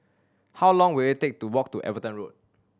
how long will it take to walk to Everton Road